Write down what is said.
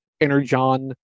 Energon